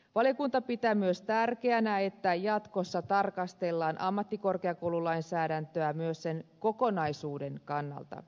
valiokunta pitää myös tärkeänä että jatkossa tarkastellaan ammattikorkeakoululainsäädäntöä myös sen kokonaisuuden kannalta